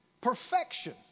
perfection